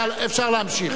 יאללה, אפשר להמשיך.